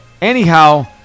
anyhow